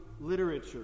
literature